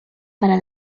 para